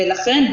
ולכן,